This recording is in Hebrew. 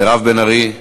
מירב בן ארי.